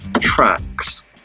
Tracks